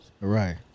Right